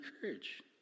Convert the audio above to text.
courage